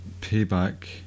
Payback